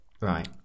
Right